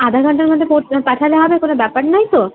আধা ঘন্টার মধ্যে পাঠালে হবে কোনো ব্যাপার নেই তো